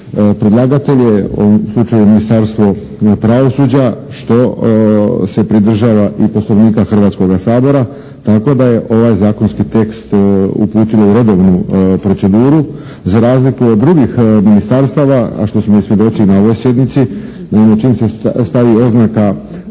predlagatelje, u ovom slučaju Ministarstvo pravosuđa što se pridržava i Poslovnika Hrvatskoga sabora tako da je ovaj zakonski tekst uputilo u redovnu proceduru. Za razliku od drugih ministarstava, a što smo svjedoci i na ovoj sjednici. Naime, čim se stavi oznaka